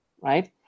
right